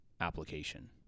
application